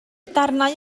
darnau